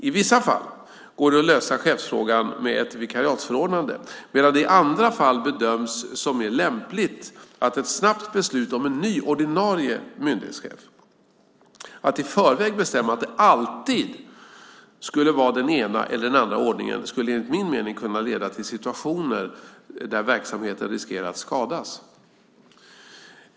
I vissa fall går det att lösa chefsfrågan med ett vikariatsförordnade, medan det i andra fall bedöms som mer lämpligt med ett snabbt beslut om en ny, ordinarie myndighetschef. Att i förväg bestämma att det alltid skulle vara den ena eller den andra ordningen skulle enligt min mening kunna leda till situationer där verksamheten riskerar att skadas.